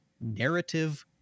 narrative